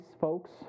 folks